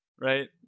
right